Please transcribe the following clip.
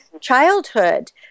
childhood